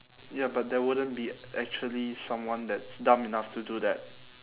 ya but there wouldn't be actually someone that's dumb enough to do that